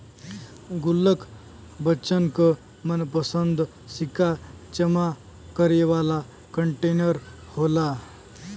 गुल्लक बच्चन क मनपंसद सिक्का जमा करे वाला कंटेनर होला